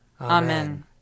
Amen